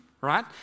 right